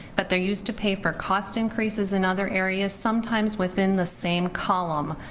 but they're used to pay for cost increases in other areas, sometimes within the same column,